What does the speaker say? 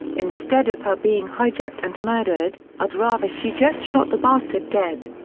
instead of her being hijacked and murdered, i'd rather she just shot the bastard dead.